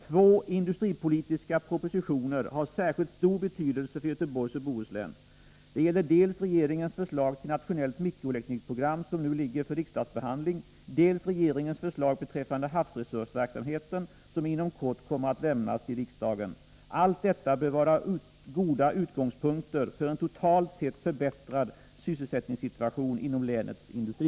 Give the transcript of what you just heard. Två industripolitiska propositioner har särskilt stor betydelse för Göteborgs och Bohuslän. Det gäller dels regeringens förslag till nationellt mikroelektronikprogram som nu ligger för riksdagsbehandling, dels regeringens förslag beträffande havsresursverksamheten, som inom kort kommer att lämnas till riksdagen. Allt detta bör vara goda utgångspunkter för en totalt sett förbättrad sysselsättningssituation inom länets industri.